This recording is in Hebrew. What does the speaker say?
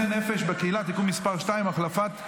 --- אני קורא אותך לסדר קריאה ראשונה.